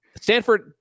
Stanford